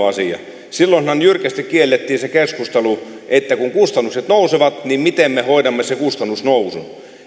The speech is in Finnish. asia silloinhan jyrkästi kiellettiin se keskustelu että kun kustannukset nousevat niin miten me hoidamme sen kustannusnousun